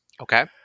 Okay